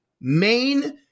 main